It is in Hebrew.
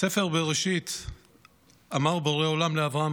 בספר בראשית אמר בורא עולם לאברהם